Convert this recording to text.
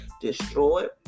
destroyed